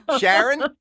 Sharon